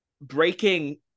breaking